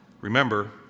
Remember